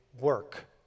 work